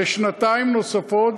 בשנתיים נוספות,